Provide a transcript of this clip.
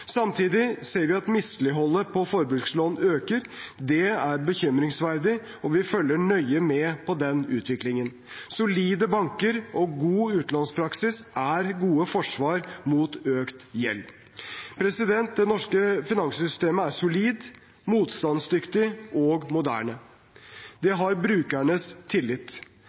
Samtidig ser vi at mislighold av forbrukslån øker. Det er bekymringsfullt, og vi følger nøye med på den utviklingen. Solide banker og god utlånspraksis er gode forsvar mot økt gjeld. Det norske finanssystemet er solid, motstandsdyktig og moderne. Det har brukernes tillit.